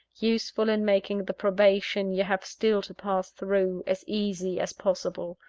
useful in making the probation you have still to pass through, as easy as possible.